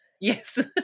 Yes